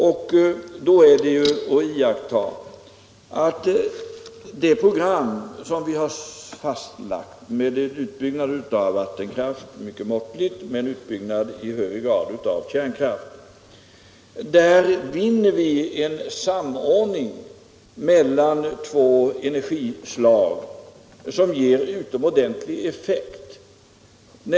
Det är att iaktta att vi genom det program som vi har fastlagt, med en mycket måttlig utbyggnad av vattenkraften och i högre grad en utbyggnad av kärnkraften, vinner en samordning mellan två energislag som ger en utomordentlig effekt.